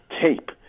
tape